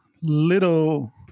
little